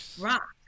rock